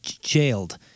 jailed